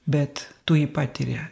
bet tu jį patiri